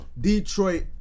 Detroit